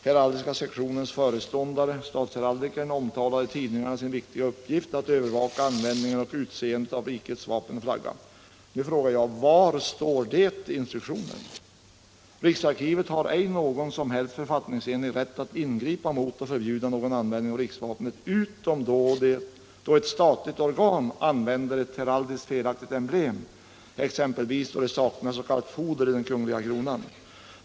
Heraldiska sektionens föreståndare, statsheraldikern, talade i tidningarna om sin viktiga uppgift att övervaka användningen av och utseendet på rikets vapen och flagga. Nu frågar jag: Var står det i instruktionen? Riksarkivet har ej någon som helst författningsenlig rätt att ingripa mot och förbjuda någon användning av riksvapnet, utom då ett statligt organ använder ett heraldiskt felaktigt emblem, exempelvis då det saknas s.k. foder i den kungliga kronan.